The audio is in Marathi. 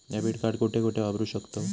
डेबिट कार्ड कुठे कुठे वापरू शकतव?